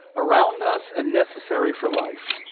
around us and necessary for life.